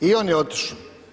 I on je otišao.